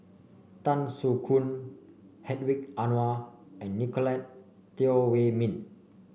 Tan Soo Khoon Hedwig Anuar and Nicolette Teo Wei Min